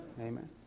Amen